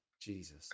Jesus